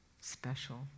special